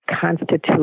constitute